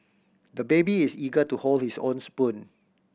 the baby is eager to hold his own spoon